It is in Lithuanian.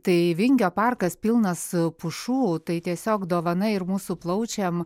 tai vingio parkas pilnas pušų tai tiesiog dovana ir mūsų plaučiam